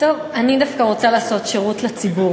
טוב, אני דווקא רוצה לעשות שירות לציבור